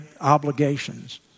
obligations